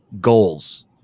goals